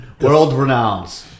World-renowned